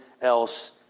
else